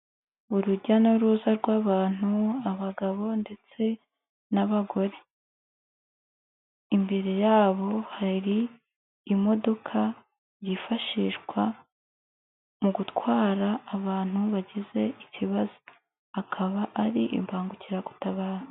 Urujya n'uruza rw'abantu abagabo ndetse n'abagore, imbere yabo hari imodoka yifashishwa mu gutwara abantu bagize ikibazo, akaba ari imbangukiragutabara.